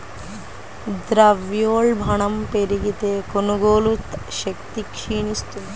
ద్రవ్యోల్బణం పెరిగితే, కొనుగోలు శక్తి క్షీణిస్తుంది